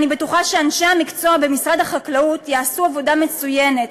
אני בטוחה שאנשי המקצוע במשרד החקלאות יעשו עבודה מצוינת